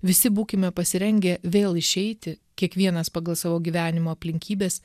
visi būkime pasirengę vėl išeiti kiekvienas pagal savo gyvenimo aplinkybes